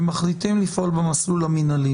ומחליטים לפעול במסלול המינהלי,